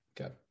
Okay